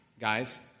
guys